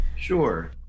Sure